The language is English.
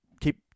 keep